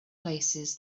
places